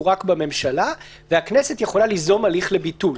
רק בממשלה והכנסת יכולה ליזום הליך לביטול.